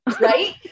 right